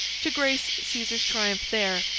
to grace caesar's triumph there,